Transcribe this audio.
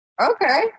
okay